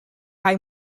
hij